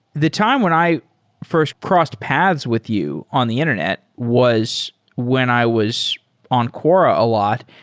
the time when i first crossed paths with you on the internet was when i was on quora a lot.